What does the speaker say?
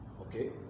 okay